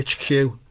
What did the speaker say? HQ